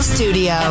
Studio